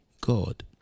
God